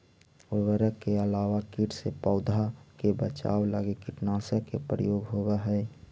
उर्वरक के अलावा कीट से पौधा के बचाव लगी कीटनाशक के प्रयोग होवऽ हई